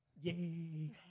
Yay